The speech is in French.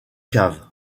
cave